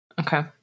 Okay